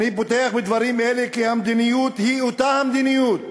אני פותח בדברים אלה כי המדיניות היא אותה המדיניות